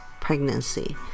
pregnancy